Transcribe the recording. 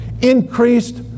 increased